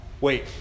Wait